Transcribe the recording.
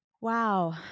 wow